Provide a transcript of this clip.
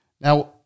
Now